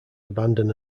abandon